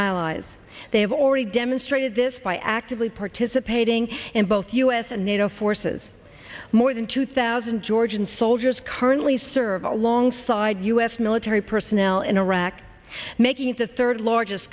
allies they have already demonstrated this by actively participating in both u s and nato forces more than two thousand georgian soldiers currently serve alongside u s military personnel in iraq making it the third largest